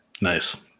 Nice